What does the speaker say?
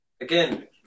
again